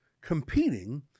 competing